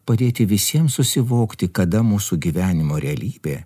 padėti visiem susivokti kada mūsų gyvenimo realybė